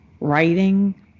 writing